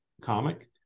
comic